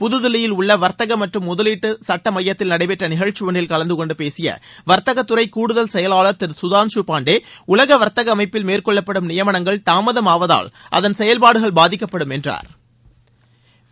புதுதில்லியில் உள்ள வாத்தக மற்றும் முதலீட்டு சுட்ட மையத்தில் நடைபெற்ற நிகழ்ச்சி ஒன்றில் கலந்து கொண்டு பேசிய வர்த்தகத் துறை கூடுதல் செயலாளர் திரு கதான்ஷூ பாண்டே உலக வர்த்தக அமைப்பில் மேற்கொள்ளப்படும் நியமனங்கள் தாமதமாவதால் அதன் செயல்பாடுகள் பாதிக்கப்படும் என்றாா்